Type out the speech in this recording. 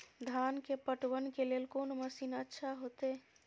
धान के पटवन के लेल कोन मशीन अच्छा होते?